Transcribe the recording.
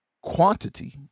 quantity